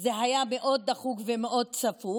זה היה מאוד דחוק ומאוד צפוף,